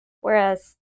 whereas